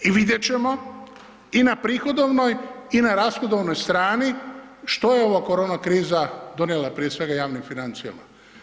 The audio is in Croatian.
I vidjeti ćemo i na prihodovnoj i na rashodovnoj strani što je ovaj korona kriza donijela, prije svega, javnim financijama.